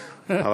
אבל,